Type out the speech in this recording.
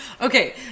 Okay